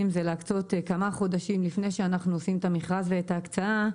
זה להקצות כמה חודשים לפני שאנחנו עושים את המכרז ואת ההקצאה,